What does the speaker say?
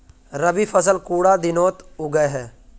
रवि फसल कुंडा दिनोत उगैहे?